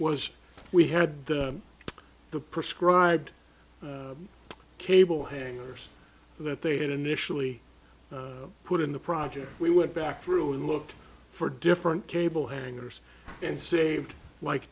was we had the prescribed cable hangers that they had initially put in the project we went back through and looked for different cable hangers and saved like